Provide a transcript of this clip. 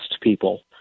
people